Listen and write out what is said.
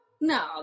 No